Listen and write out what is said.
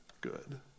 good